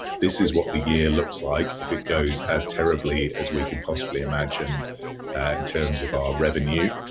this is what the year looks like if it goes as terribly as we could possibly imagine in terms of our revenue.